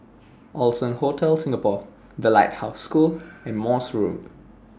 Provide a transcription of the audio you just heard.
Allson Hotel Singapore The Lighthouse School and Morse Road